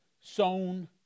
sown